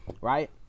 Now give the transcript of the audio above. Right